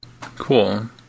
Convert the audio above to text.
Cool